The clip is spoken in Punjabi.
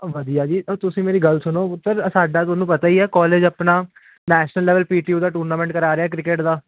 ਵਧੀਆ ਜੀ ਤੁਸੀਂ ਮੇਰੀ ਗੱਲ ਸੁਣੋ ਪੁੱਤਰ ਸਾਡਾ ਤੁਹਾਨੂੰ ਪਤਾ ਹੀ ਆ ਕਾਲਜ ਆਪਣਾ national level P T O ਦਾ ਟੂਰਨਾਮੈਂਟ ਕਰਾ ਰਿਹਾ ਕ੍ਰਿਕਟ